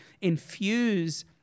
infuse